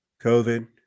COVID